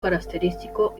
característico